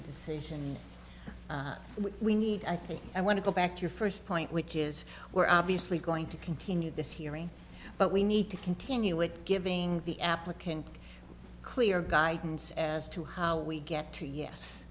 a decision we need i think i want to go back to your first point which is we're obviously going to continue this hearing but we need to continue it giving the applicant clear guidance as to how we get to yes